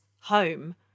home